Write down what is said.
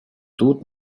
тут